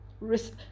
risk